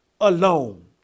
alone